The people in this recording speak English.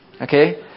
okay